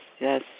Yes